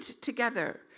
together